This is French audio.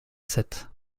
sept